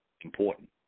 important